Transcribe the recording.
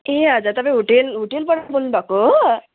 ए हजुर तपाईँ होटल होटलबाट बोल्नुभएको हो